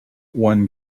one